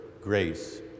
grace